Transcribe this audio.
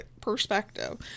perspective